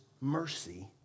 mercy